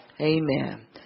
Amen